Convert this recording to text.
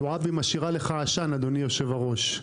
זועבי משאירה לך עשן, אדוני היושב-ראש.